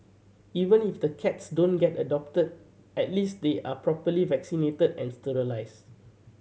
even if the cats don't get adopted at least they are properly vaccinated and sterilise